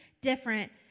different